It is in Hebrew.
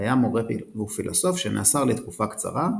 היה מורה ופילוסוף שנאסר לתקופה קצרה,